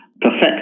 perfect